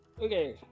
okay